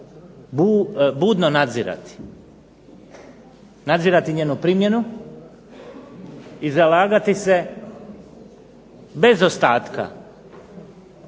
budno nadzirati, nadzirati njenu primjenu i zalagati se bez ostatka